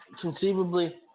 conceivably